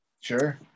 Sure